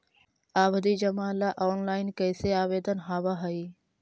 आवधि जमा ला ऑनलाइन कैसे आवेदन हावअ हई